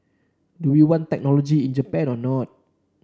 do we want technology in Japan or not